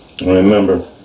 Remember